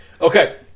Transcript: Okay